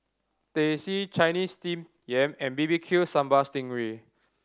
Teh C Chinese Steamed Yam and B B Q Sambal sting ray